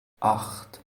acht